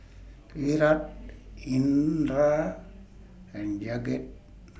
Virat Indira and Jagat